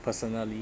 personally